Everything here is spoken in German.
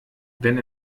wenn